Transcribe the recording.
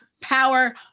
Power